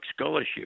Scholarship